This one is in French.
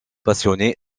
passionnée